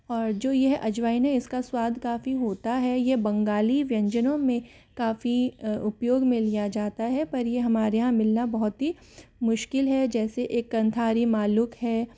और जो यह अजवाइन है इसका स्वाद काफ़ी होता है यह बंगाली व्यंजनों में काफ़ी उपयोग में लिया जाता है पर यह हमारे यहाँ मिलना बहुत ही मुश्किल है जैसे एक कंधारी मालुक है